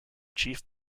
chief